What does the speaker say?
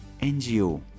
NGO